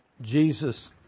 Jesus